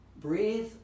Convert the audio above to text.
breathe